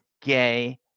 gay